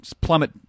plummet